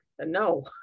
no